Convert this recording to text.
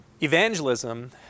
evangelism